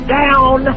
down